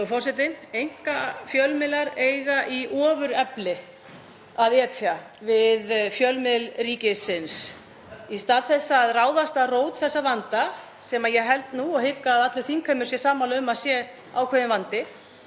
forseti. Einkafjölmiðlar eiga við ofurefli að etja, við fjölmiðil ríkisins. Í stað þess að ráðast að rót þess vanda, sem ég held nú og hygg að allur þingheimur sé sammála um að sé ákveðinn vandi,